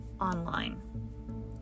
online